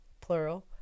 plural